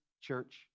church